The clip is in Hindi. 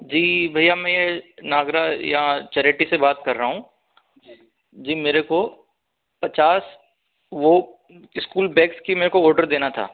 जी भैया मैं नागरथ यहाँ चैरिटी से बात कर रहा हूँ जी मेरे को पचास वो स्कूल बैग्स की मेरे को ऑर्डर देना था